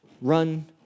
run